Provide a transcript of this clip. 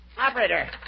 Operator